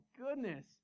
goodness